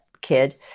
kid